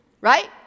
Right